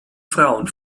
frauen